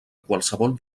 qualsevol